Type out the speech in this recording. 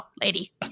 lady